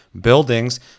buildings